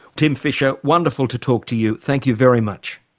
tim fischer, wonderful to talk to you. thank you very much.